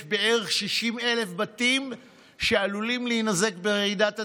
יש בערך 60,000 בתים שעלולים להינזק ברעידת אדמה,